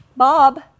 Bob